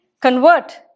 convert